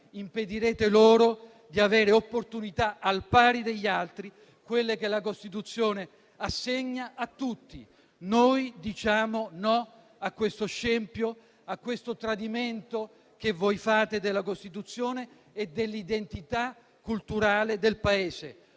Impedirete loro di avere opportunità al pari degli altri, quelle che la Costituzione assegna a tutti. Noi diciamo "no" a questo scempio, a questo tradimento, che voi fate, della Costituzione e dell'identità culturale del Paese.